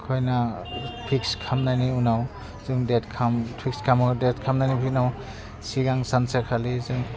खैना फिक्स खालामनायनि उनाव जों देट फिक्स खालामो देट खालामनायनि उनाव सिगां सानसेखालि जों